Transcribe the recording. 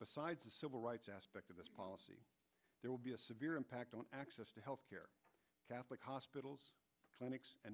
besides the civil rights aspect of this policy there would be a severe impact on access to health care catholic hospitals clinics and